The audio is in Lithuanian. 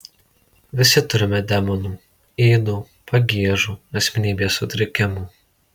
visi turime demonų ydų pagiežų asmenybės sutrikimų